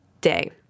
day